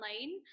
online